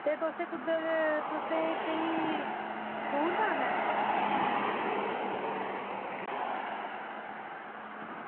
ते तुसें कुद्धर तुसें केईं दूर जाना ऐ